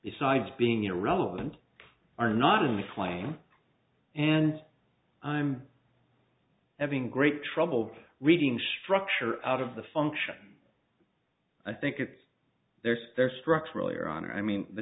besides being irrelevant are not in the flame and i'm having great trouble reading structure out of the function i think it's there's there are structural your honor i mean the